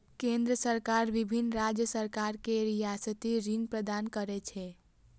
केंद्र सरकार विभिन्न राज्य सरकार कें रियायती ऋण प्रदान करै छै